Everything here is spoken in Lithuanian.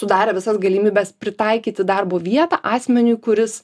sudarę visas galimybes pritaikyti darbo vietą asmeniui kuris